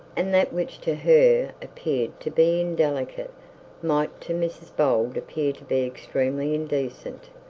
and that which to her appeared to be indelicate might to mrs bold appear to be extremely indecent.